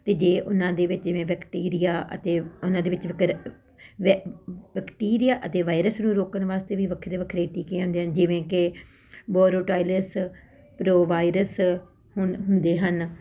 ਅਤੇ ਜੇ ਉਹਨਾਂ ਦੇ ਵਿੱਚ ਜਿਵੇਂ ਬੈਕਟੀਰੀਆ ਅਤੇ ਉਹਨਾਂ ਦੇ ਜੇਕਰ ਬੈਕ ਬੈਕਟੀਰੀਆ ਅਤੇ ਵਾਇਰਸ ਨੂੰ ਰੋਕਣ ਵਾਸਤੇ ਵੀ ਵੱਖਰੇ ਵੱਖਰੇ ਟੀਕੇ ਆਉਂਦੇ ਹਨ ਜਿਵੇਂ ਕਿ ਬੋਰੋਟਾਇਲੈਸ ਪਰੋਵਾਇਰਸ ਹੁਣ ਹੁੰਦੇ ਹਨ